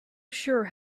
sure